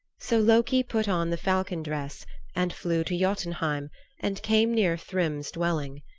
so loki put on the falcon dress and flew to jotunheim and came near thrym's dwelling.